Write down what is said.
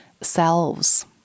selves